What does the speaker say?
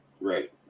Right